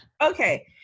Okay